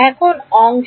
এখন অংশ